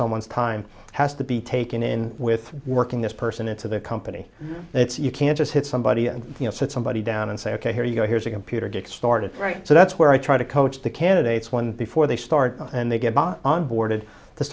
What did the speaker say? someone's time has to be taken in with working this person into their company and it's you can't just hit somebody and somebody down and say ok here you go here's a computer get started right so that's where i try to coach the candidates one before they start and they get bought on boarded t